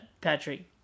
Patrick